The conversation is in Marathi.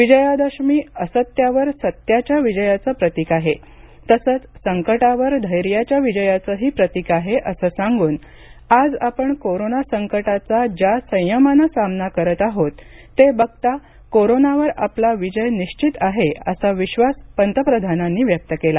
विजयादशमी असत्यावर सत्याच्या विजयाचं प्रतिक आहे तसंच संकटावर धैर्याच्या विजयाचंही प्रतिक आहे असं सांगून आज आपण कोरोना संकटाचा ज्या संयमानं सामना करत आहोत ते बघता कोरोनावर आपला विजय निश्वित आहे असा विश्वास पंतप्रधानांनी व्यक्त केला